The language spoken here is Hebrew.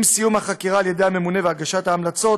עם סיום החקירה של הממונה והגשת ההמלצות